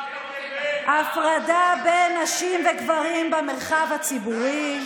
הפרדה בין נשים לגברים במרחב הציבורי,